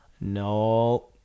No